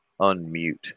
unmute